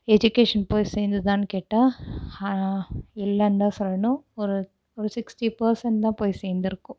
education போயி சேர்ந்துதான்னு கேட்டால் ஹா இல்லைன்னுதான் சொல்லணும் ஒரு ஒரு சிக்ஸ்டி பெர்சண்ட்தான் போய் சேர்ந்துருக்கும்